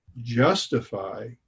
justify